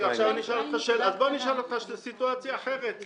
אני אשאל אותך על סיטואציה אחרת.